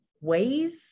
ways